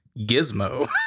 gizmo